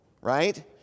right